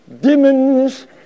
Demons